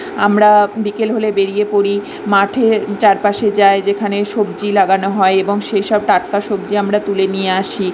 আমরা বিকেল হলে বেড়িয়ে পড়ি মাঠের চারপাশে যাই যেখানে সবজি লাগানো হয় এবং সেসব টাটকা সবজি আমরা তুলে নিয়ে আসি